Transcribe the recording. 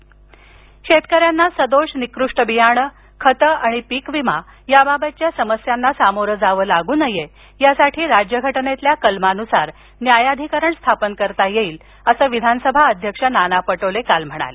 नाना पटोले शेतकऱ्यांना सदोष निकृष्ट बियाणं खतं आणि पिकविमा याबाबतच्या समस्यांना सामोरे जावे लागू नये यासाठी राज्यघटनेतील कलमानुसार न्यायाधिकरण स्थापन करता येईल असं विधानसभा अध्यक्ष नाना पटोले काल म्हणाले